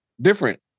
different